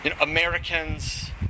Americans